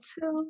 two